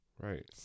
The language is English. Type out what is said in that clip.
Right